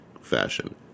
fashion